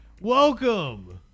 Welcome